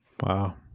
Wow